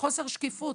וחוסר שקיפות,